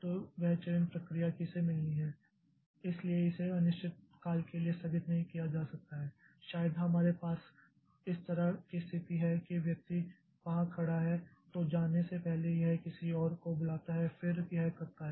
तो वह चयन प्रक्रिया किसे मिलनी है इसलिए इसे अनिश्चित काल के लिए स्थगित नहीं किया जा सकता है या शायद हमारे पास इस तरह की स्थिति है कि व्यक्ति यहां खड़ा है तो जाने से पहले यह किसी और को बुलाता है और फिर यह करता हैं